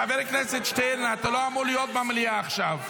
אתה לא הצלחת